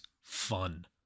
fun